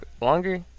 longer